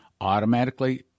automatically